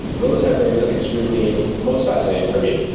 those have been extremely the most fascinating for me.